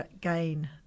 gain